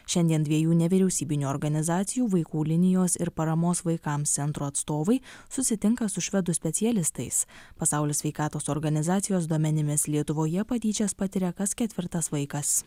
šiandien dviejų nevyriausybinių organizacijų vaikų linijos ir paramos vaikams centro atstovai susitinka su švedų specialistais pasaulio sveikatos organizacijos duomenimis lietuvoje patyčias patiria kas ketvirtas vaikas